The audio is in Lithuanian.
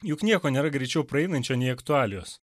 juk nieko nėra greičiau praeinančio nei aktualijos